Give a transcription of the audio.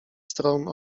stron